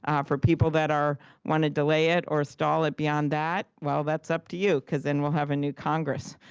um for people that want to delay it or stall it beyond that, well, that's up to you. because then we'll have a new congress.